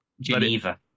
Geneva